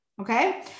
okay